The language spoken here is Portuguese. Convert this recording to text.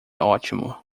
ótimo